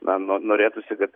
na norėtųsi kad